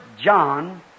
John